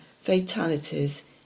fatalities